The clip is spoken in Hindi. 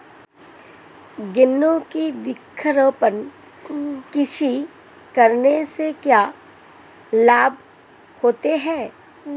गन्ने की वृक्षारोपण कृषि करने से क्या लाभ होते हैं?